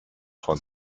von